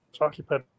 occupied